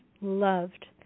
loved